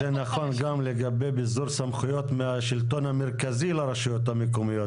זה נכון גם לגבי ביזור סמכויות מהשלטון המרכזי לרשויות המקומיות,